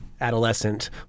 adolescent